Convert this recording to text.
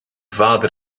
vader